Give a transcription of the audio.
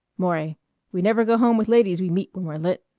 maury we never go home with ladies we meet when we're lit.